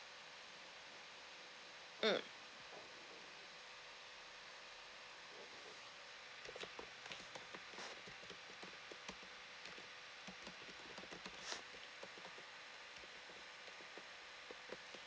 mm